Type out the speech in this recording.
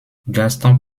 gaston